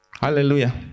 Hallelujah